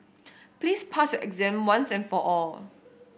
please pass your exam once and for all